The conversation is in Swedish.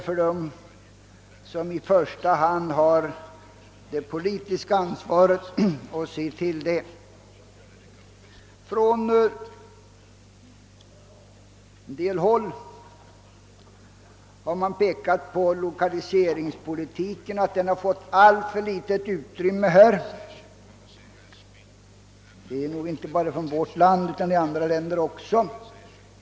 Från en del håll har påpekats att lokaliseringspolitiken har fått alltför litet utrymme. Detta gäller inte bara vårt land utan även andra länder.